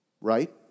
Right